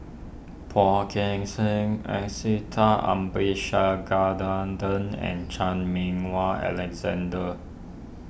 Phua Kin Siang Abisheganaden and Chan Meng Wah Alexander